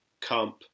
camp